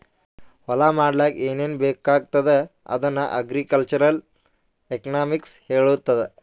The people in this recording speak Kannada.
ಹೊಲಾ ಮಾಡ್ಲಾಕ್ ಏನೇನ್ ಬೇಕಾಗ್ತದ ಅದನ್ನ ಅಗ್ರಿಕಲ್ಚರಲ್ ಎಕನಾಮಿಕ್ಸ್ ಹೆಳ್ತುದ್